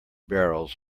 barrels